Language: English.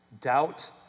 Doubt